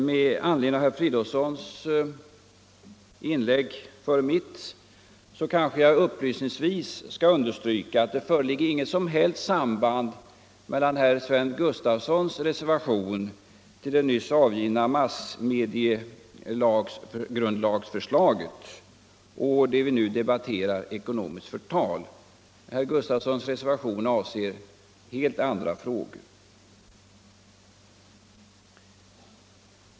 Med anledning av herr Fridolfssons inlägg kanske jag upplysningsvis skall understryka att det föreligger inget som helst samband mellan herr Sven Gustafsons reservation till det nyss avgivna massmediegrundlagsförslaget och det vi nu debatterar och som gäller ekonomiskt förtal. Herr Gustafsons reservation avser helt andra frågor.